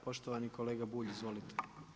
Poštovani kolega Bulj, izvolite.